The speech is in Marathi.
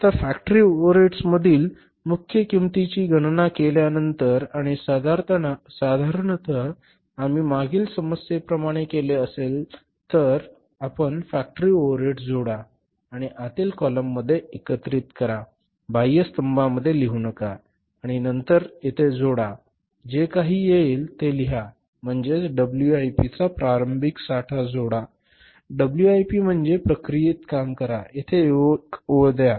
आता फॅक्टरी ओव्हरहेड्समधील मुख्य किंमतीची गणना केल्यावर आणि साधारणत आम्ही मागील समस्येप्रमाणे केले असेल तर आपण फॅक्टरी ओव्हरहेड्स जोडा आणि आतील कॉलममध्ये एकत्रित करा बाह्य स्तंभामध्ये लिहू नका आणि नंतर येथे जोडा येथे जे काही येईल ते येथे लिहा म्हणजे डब्ल्यूआयपी चा प्रारंभिक साठा जोडा डब्ल्यूआयपी म्हणजे प्रक्रियेत काम करा येथे एक ओळ द्या